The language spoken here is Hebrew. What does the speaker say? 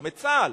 גם את צה"ל,